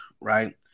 right